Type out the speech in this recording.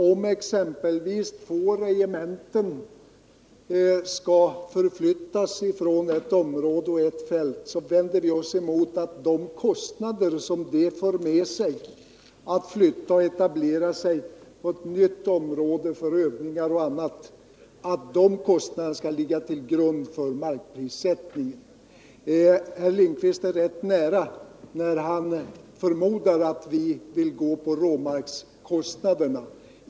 Om exempelvis två regementen skall flyttas från ett område eller ett fält, så vänder vi oss mot att de kostnader som följer med flyttningen och etableringen till ett nytt område för övningar och annat skall ligga till grund för markprissättningen. Herr Lindkvist var ganska nära när han förmodade att vi vill gå på råmarkskostnaderna.